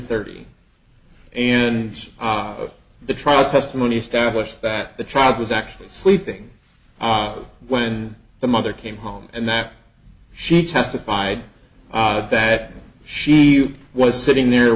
thirty and the trial testimony established that the child was actually sleeping when the mother came home and that she testified that she was sitting there